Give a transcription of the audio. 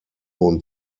und